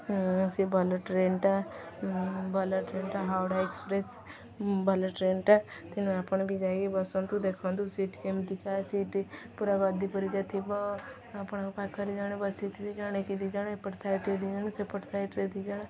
ସେ ଭଲ ଟ୍ରେନଟା ଭଲ ଟ୍ରେନଟା ହାଉଡ଼ା ଏକ୍ସପ୍ରେସ ଭଲ ଟ୍ରେନଟା ତେଣୁ ଆପଣ ବି ଯାଇକି ବସନ୍ତୁ ଦେଖନ୍ତୁ ସିଟ୍ କେମିତି କା ସିଟ୍ ପୁରା ଗଦି ପରିକା ଥିବ ଆପଣଙ୍କ ପାଖରେ ଜଣେ ବସିଥିବେ ଜଣେ କି ଦୁଇ ଜଣ ଏପଟ ସାଇଡ଼ରେ ଜଣେ ସେପଟ ସାଇଡ଼ରେ ଦୁଇ ଜଣ